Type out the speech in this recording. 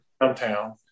downtown